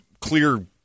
clear